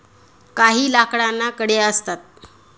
काही लाकडांना कड्या असतात